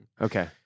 Okay